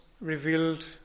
revealed